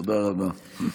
תודה רבה.